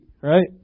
right